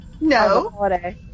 no